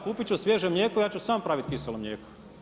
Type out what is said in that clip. Kupiti ću svježe mlijeko ja ću sam praviti kiselo mlijeko.